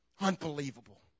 Unbelievable